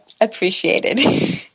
appreciated